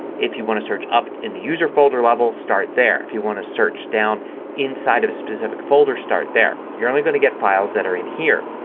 if you want to search up in the user folder lever start there. if you want to search down inside of a specific folder start there. you're only going to get files that are in here.